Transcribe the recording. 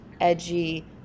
edgy